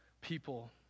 people